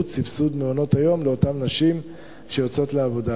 סבסוד מעונות-היום לאותן נשים שיוצאות לעבודה.